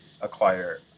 acquire